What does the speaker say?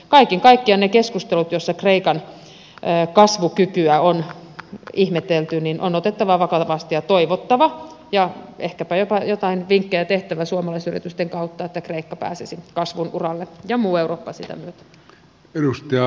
kaiken kaikkiaan ne keskustelut joissa kreikan kasvukykyä on ihmetelty on otettava vakavasti ja toivottava ja ehkäpä jopa jotain vinkkejä tehtävä suomalaisyritysten kautta että kreikka pääsisi kasvun uralle ja muu eurooppa sitä myötä